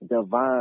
divine